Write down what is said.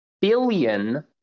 billion